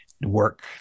work